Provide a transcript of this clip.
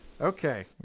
Okay